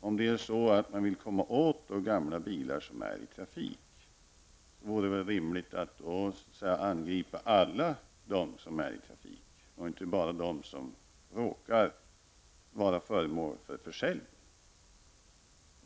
Om man vill komma åt de gamla bilar som är i trafik, vore det väl rimligt att angripa alla bilar som är i trafik och inte bara dem som råkar vara föremål för försäljning.